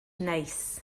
neis